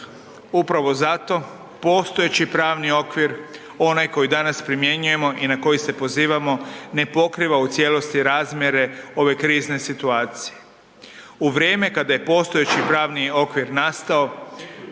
upravo zato postojeći pravni okvir, onaj koji danas primjenjujemo i na koji se pozivamo ne pokriva u cijelosti razmjere ove krizne situacije. U vrijeme kada je postojeći pravni okvir nastao